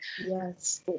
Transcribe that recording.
yes